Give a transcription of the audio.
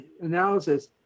analysis